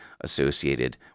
associated